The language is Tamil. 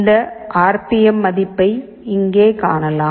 இந்த ஆர் பி எம் மதிப்பை இங்கே காணலாம்